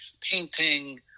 painting